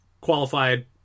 qualified